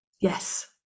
Yes